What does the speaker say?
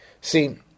See